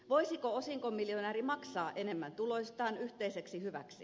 voisiko osinkomiljonääri maksaa enemmän tuloistaan yhteiseksi hyväksi